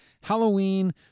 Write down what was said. Halloween